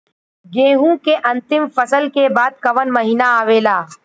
गेहूँ के अंतिम फसल के बाद कवन महीना आवेला?